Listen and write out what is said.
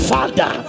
Father